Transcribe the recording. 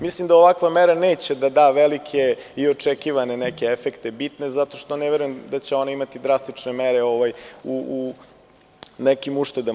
Mislim da ovakva mera neće da da velike i očekivane neke efekte bitne zato što ne verujem da će one imati drastične mere u nekim uštedama.